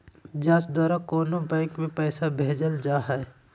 जाँच द्वारा कोनो बैंक में पैसा भेजल जा हइ